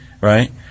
right